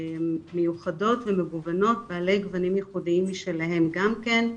מיוחדות ומגוונות בעלי גוונים ייחודיים משלהם גם כן.